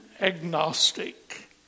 Agnostic